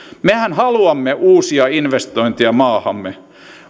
mehän haluamme uusia investointeja maahamme